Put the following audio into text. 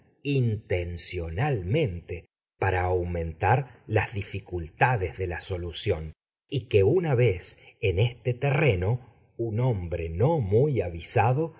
intencionalmente para aumentar las dificultades de la solución y que una vez en este terreno un hombre no muy avisado